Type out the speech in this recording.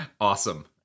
Awesome